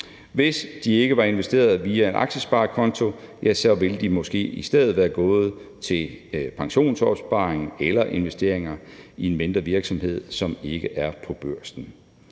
Hvis de ikke var investeret via en aktiesparekonto, ville de måske i stedet være gået til pensionsopsparing eller investeringer i en mindre virksomhed, som ikke er på børsen.